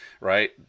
right